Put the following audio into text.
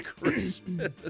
Christmas